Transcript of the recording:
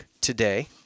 today